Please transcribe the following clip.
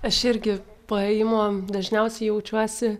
aš irgi po ėjimo dažniausiai jaučiuosi